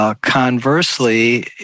Conversely